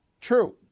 True